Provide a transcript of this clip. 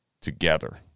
together